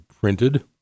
printed